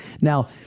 Now